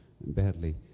badly